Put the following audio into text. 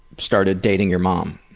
started dating your mom?